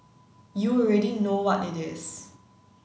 you already know what it is